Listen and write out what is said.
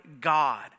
god